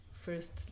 first